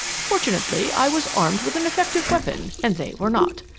fortunately, i was armed with an effective weapon and they were not.